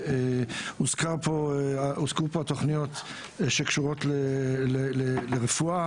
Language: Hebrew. הוזכרו פה התוכניות שקשורות לרפואה